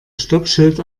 stoppschild